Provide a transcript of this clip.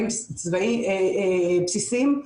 בסיסים,